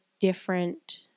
different